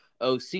OC